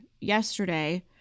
yesterday